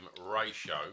ratio